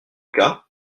cas